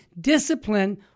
discipline